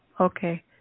Okay